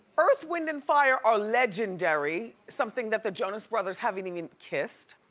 earth, wind and fire are legendary, something that the jonas brothers haven't even kissed.